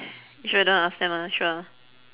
you sure don't wanna ask them ah sure ah